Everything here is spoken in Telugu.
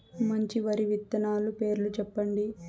మంచి వరి విత్తనాలు పేర్లు చెప్పండి?